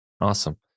Awesome